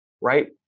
right